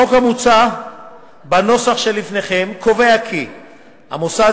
החוק המוצע בנוסח שלפניכם קובע כי המוסד